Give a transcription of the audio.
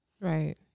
Right